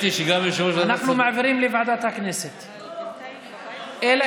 אנחנו מעבירים לוועדת הכנסת, אלא